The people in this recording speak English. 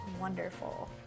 wonderful